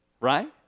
right